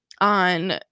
on